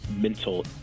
mental